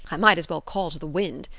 i might as well call to the wind.